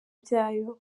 byayo